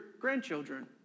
grandchildren